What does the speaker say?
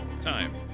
Time